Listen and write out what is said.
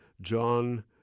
John